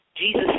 Jesus